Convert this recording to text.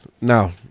Now